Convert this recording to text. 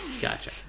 Gotcha